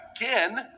again